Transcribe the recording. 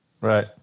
Right